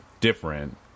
different